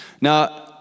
Now